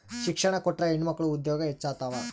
ಶಿಕ್ಷಣ ಕೊಟ್ರ ಹೆಣ್ಮಕ್ಳು ಉದ್ಯೋಗ ಹೆಚ್ಚುತಾವ